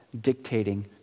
dictating